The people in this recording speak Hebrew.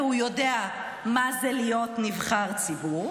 והוא יודע מה זה להיות נבחר ציבור.